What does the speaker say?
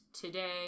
today